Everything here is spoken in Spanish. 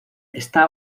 está